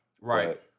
right